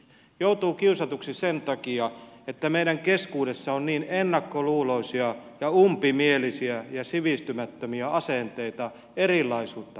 joutuu kiusatuksi sen takia että meidän keskuudessamme on niin ennakkoluuloisia ja umpimielisiä ja sivistymättömiä asenteita erilaisuutta kohtaan